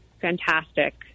fantastic